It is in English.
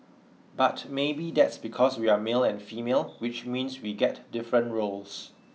but maybe that's because we're male and female which means we get different roles